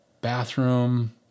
bathroom